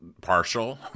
partial